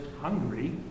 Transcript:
hungry